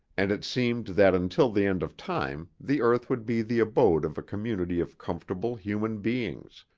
and it seemed that until the end of time the earth would be the abode of a community of comfortable human beings,